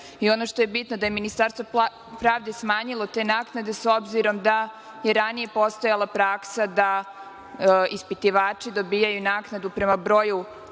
Ono što je bitno da je Ministarstvo pravde smanjilo te naknade, s obzirom da je ranije postojala praksa da ispitivači dobijaju naknadu prema broju